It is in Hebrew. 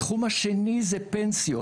התחום השני זה פנסיות,